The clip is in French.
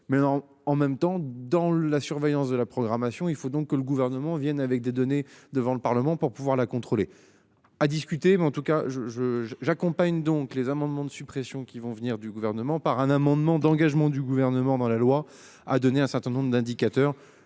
Mais non en même temps dans la surveillance de la programmation. Il faut donc que le gouvernement viennent avec des données devant le Parlement pour pouvoir la contrôler. À discuter, mais en tout cas je je je j'accompagne donc les amendements de suppression qui vont venir du gouvernement par un amendement d'engagement du gouvernement dans la loi a donné un certain nombre d'indicateurs.